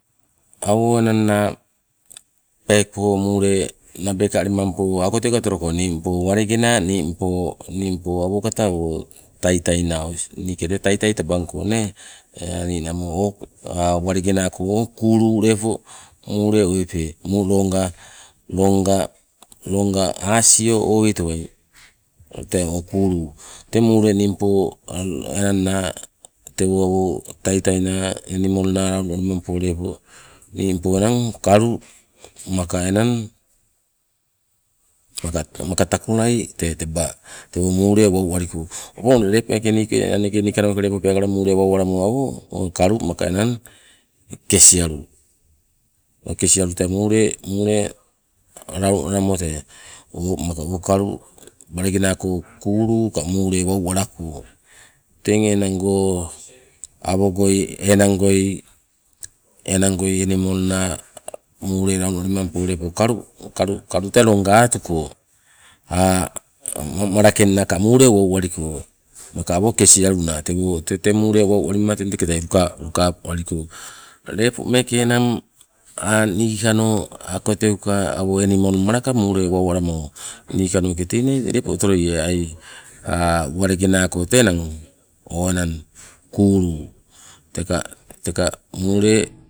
Awo enang naa peekopo muule nabeka alimampo auka teuka otoloko ningpo walenge naa, ningpo ningpo awokata awo taitai naa. Niike tee taitai tabang ko nee ninamo walenge nako o kuulu lepo muule owepe, loonga, loonga asio oweitowai tee o kuulu. Teng muule ningpo enangna tewo awo taitai naa enimol naa lepo launu alimampo ningpo enang kalu maka enang takolai tee taba tewo muule lepo wau aliko, opong lepo meeke niike nikanoke peekala muule wau alamo awo o kalu maka enang kesialu. O kesialu tee muule, muule launu alamo tee maka o kalu, wanlenge nako ka kuulu ka muule wau alako, teng enango awogoi enangoi, enangoi enimol naa lepo launu alamo o kalu, kalu tee loonga atuko, malakeng naaka muule wau aliko maka awo kesialu naa tewo tee muule wau alima teng tekatai luka lukabaliko. Lepo meeke enang aa nikano auka teuka awo enimol malaka muule wau alamo, niikanoke tei nai lepo otoloie ai walenge naako tee namo kuulu teka, teka muule